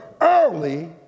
early